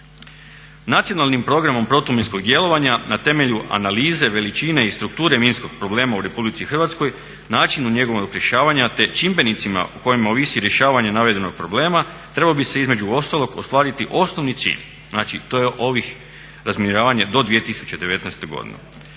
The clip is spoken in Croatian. Nacionalnim programom protuminskog djelovanja na temelju analize, veličine i strukture minskog problema u RH, načinu njegovog rješavanja te čimbenicima o kojima ovisi rješavanje navedenog problema trebalo bi se između ostalog ostvariti osnovni cilj. Znači, to je ovih razminiravanje do 2019. godine.